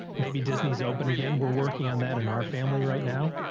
maybe disney's open again, we're working on that in our family right now.